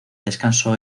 descanso